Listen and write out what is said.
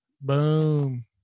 Boom